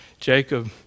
Jacob